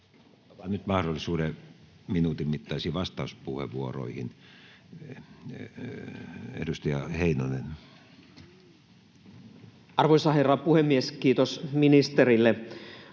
nyt mahdollisuuden minuutin mittaisiin vastauspuheenvuoroihin. — Edustaja Heinonen. Arvoisa herra puhemies! Kiitos ministerille.